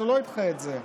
אז הוא לא ידחה את זה.